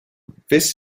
this